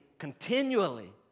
continually